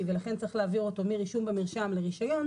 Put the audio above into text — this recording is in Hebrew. ולכן צריך להעביר אותו מרישום במרשם לרישיון,